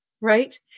Right